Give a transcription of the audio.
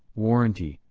warranty,